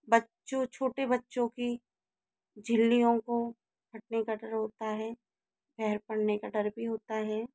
बच्चों छोटे बच्चों की झिल्लियों को फटने का डर होता है पहर पड़ने का डर भी होता है